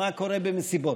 מה קורה במסיבות,